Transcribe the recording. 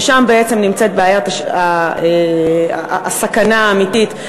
ששם בעצם נמצאת הסכנה האמיתית,